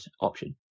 option